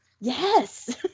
Yes